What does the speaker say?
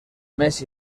més